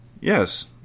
Yes